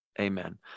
amen